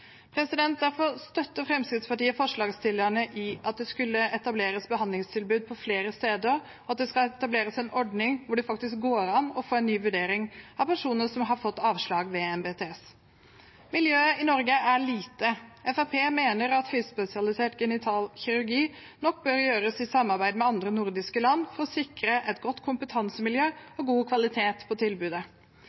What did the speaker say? Derfor støtter Fremskrittspartiet forslagsstillerne i at det skal etableres behandlingstilbud på flere steder, og at det skal etableres en ordning hvor det faktisk går an å få en ny vurdering av personer som har fått avslag ved NBTS. Miljøet i Norge er lite. Fremskrittspartiet mener at høyspesialisert genital kirurgi nok bør gjøres i samarbeid med andre nordiske land for å sikre et godt kompetansemiljø og god kvalitet på tilbudet.